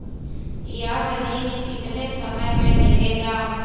यह ऋण कितने समय मे मिलेगा?